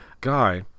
guy